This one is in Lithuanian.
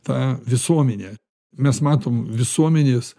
ta visuomenė mes matom visuomenės